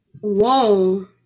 Whoa